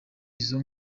izo